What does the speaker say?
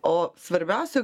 o svarbiausia